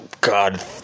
god